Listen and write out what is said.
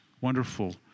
wonderful